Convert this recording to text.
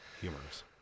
Humorous